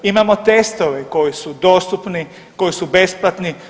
Imamo testove koji su dostupni, koji su besplatni.